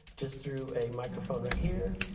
just through a microphone right here.